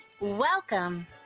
Welcome